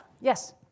yes